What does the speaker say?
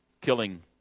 killing